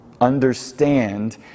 understand